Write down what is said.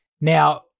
now